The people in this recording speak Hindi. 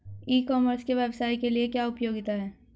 ई कॉमर्स के व्यवसाय के लिए क्या उपयोगिता है?